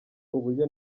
uburyo